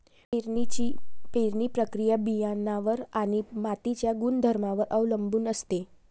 पेरणीची पेरणी प्रक्रिया बियाणांवर आणि मातीच्या गुणधर्मांवर अवलंबून असते